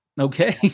Okay